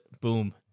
Boom